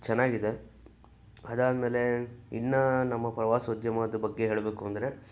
ಚೆನ್ನಾಗಿದೆ ಅದಾದಮೇಲೆ ಇನ್ನು ನಮ್ಮ ಪ್ರವಾಸೋದ್ಯಮದ ಬಗ್ಗೆ ಹೇಳಬೇಕು ಅಂದರೆ